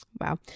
wow